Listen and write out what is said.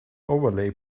overlay